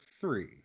three